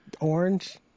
orange